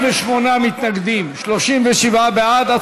48 מתנגדים, 37 בעד.